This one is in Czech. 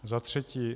Za třetí.